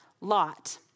Lot